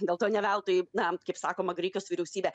dėlto ne veltui na kaip sakoma graikijos vyriausybė